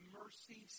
mercy